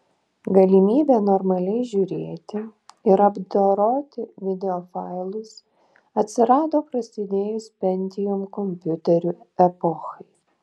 galimybė normaliai žiūrėti ir apdoroti videofailus atsirado prasidėjus pentium kompiuterių epochai